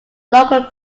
local